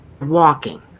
walking